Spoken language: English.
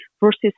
versus